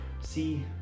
see